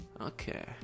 Okay